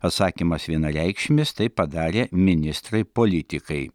atsakymas vienareikšmis tai padarė ministrai politikai